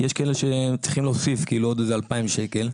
יש כאלה שצריכים להוסיף עוד איזה 2,000 שקל.